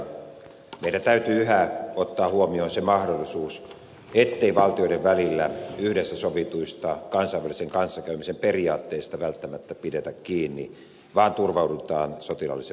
meidän täytyy yhä ottaa huomioon se mahdollisuus ettei valtioiden välillä yhdessä sovituista kansainvälisen kanssakäymisen periaatteista välttämättä pidetä kiinni vaan että turvaudutaan sotilaallisen voiman käyttöön